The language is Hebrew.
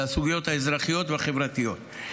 לסוגיות האזרחיות והחברתיות.